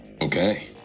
Okay